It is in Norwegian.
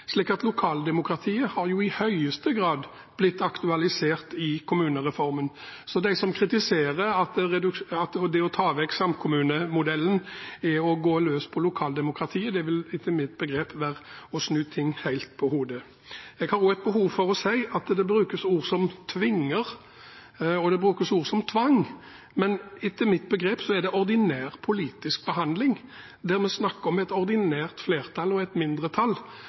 slik at lokaldemokratiet jo i høyeste grad har blitt aktualisert i kommunereformen. Så de som kritiserer og sier at det å ta vekk samkommunemodellen er å gå løs på lokaldemokratiet, snur etter mine begreper ting helt på hodet. Jeg har også behov for å kommentere bruken av ord som «tvinger» og «tvang», men etter mine begreper er dette en ordinær politisk behandling, der vi snakker om et ordinært flertall og et mindretall.